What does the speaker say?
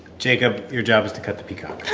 jacob, your job is to cut the peacock